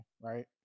right